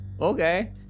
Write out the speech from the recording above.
okay